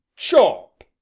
chop!